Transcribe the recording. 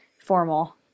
formal